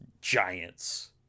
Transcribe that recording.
giants